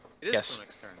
Yes